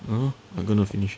!hannor! I'm gonna finish